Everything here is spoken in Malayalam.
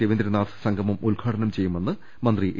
രവീന്ദ്രനാഥ് സംഗമം ഉദ്ഘാടനം ചെയ്യുമെന്ന് മന്ത്രി എ